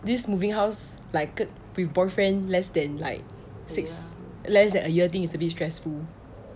this moving house like with boyfriend less than like six less than a year thing is a bit stressful